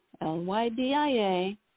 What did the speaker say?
L-Y-D-I-A